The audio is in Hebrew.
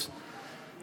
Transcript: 122. (חבר הכנסת שלמה קרעי יוצא מאולם המליאה.) את האופוזיציה,